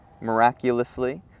miraculously